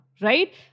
right